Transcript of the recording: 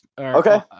Okay